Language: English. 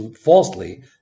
falsely